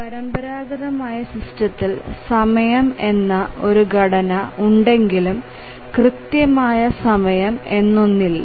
പരമ്പരാഗതമായ സിസ്റ്റത്തിൽ സമയം എന്ന ഒരു ഘടന ഉണ്ടെങ്കിലും കൃത്യമായ സമയം എന്നൊന്നുമില്ല